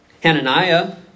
Hananiah